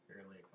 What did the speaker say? Fairly